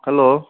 hello